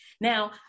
Now